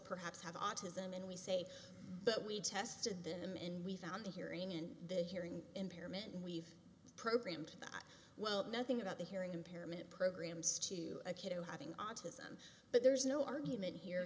perhaps have autism and we say but we tested them and we found a hearing in the hearing impairment and we've program to that well nothing about the hearing impairment programs to a kid who having autism but there's no argument here